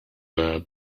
there